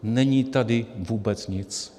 Není tady vůbec nic.